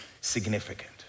significant